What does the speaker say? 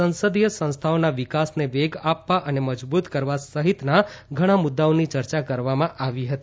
સંસદીય સંસ્થાઓના વિકાસને વેગ આપવા અને મજબૂત કરવા સહિતના ઘણા મુદ્દાઓની યર્યા કરવામાં આવી હતી